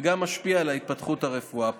וגם משפיע על התפתחות הרפואה הפרטית.